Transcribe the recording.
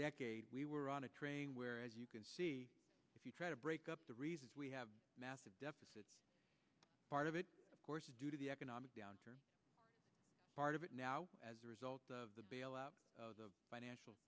decade we were on a train where as you can see if you try to break up the reasons we have massive deficits part of it of course is due to the economic downturn part of it now as a result of the bailout of the financial